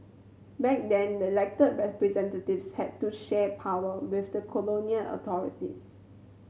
back then the elected representatives had to share power with the colonial authorities